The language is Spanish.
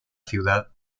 ciudad